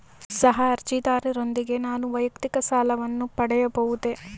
ಸಹ ಅರ್ಜಿದಾರರೊಂದಿಗೆ ನಾನು ವೈಯಕ್ತಿಕ ಸಾಲವನ್ನು ಪಡೆಯಬಹುದೇ?